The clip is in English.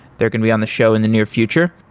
they're going be on the show in the near future,